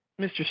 Mr